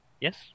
Yes